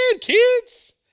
kids